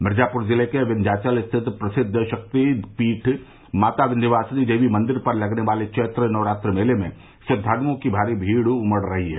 मिर्जापुर जिले के विन्ध्याचल स्थित प्रसिद्व शक्तिपीठ माता विन्ध्यवासिनी देवी मंदिर पर लगने वाले चैत्र नवरात्र मेले में श्रद्वालुओं की भारी भीड़ उमड़ रही है